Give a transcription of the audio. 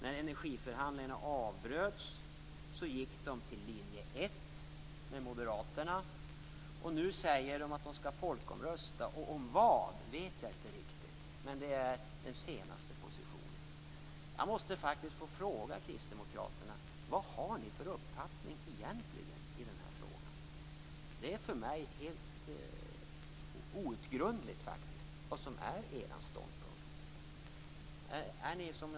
När energiförhandlingarna avbröts gick de till linje 1 med moderaterna. Och nu säger de att de skall folkomrösta. Om vad vet jag inte riktigt. Men det är den senaste positionen. Jag måste faktiskt få fråga kristdemokraterna: Vad har ni egentligen för uppfattning i den här frågan? Det är för mig helt outgrundligt vad som är er ståndpunkt.